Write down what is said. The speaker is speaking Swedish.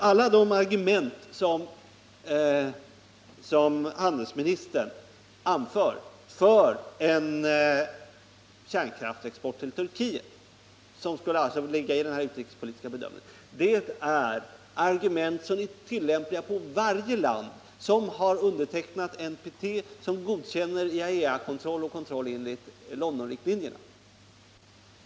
Alla de argument för en kärnkraftsexport till Turkiet som handelsministern anför — och som alltså skulle ligga i regeringens utrikespolitiska bedömning — är argument som är tillämpliga på varje land som har undertecknat NPT, som godkänner IAEA-kontrollen och kontroll enligt Londonriktlinjerna.